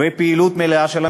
ופעילות מלאה של הממשלה.